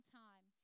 time